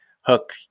Hook